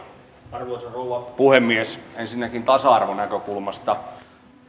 arvoisa rouva puhemies ensinnäkin tasa arvonäkökulmasta